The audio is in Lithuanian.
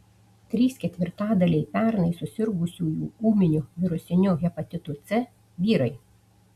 trys ketvirtadaliai pernai susirgusiųjų ūminiu virusiniu hepatitu c vyrai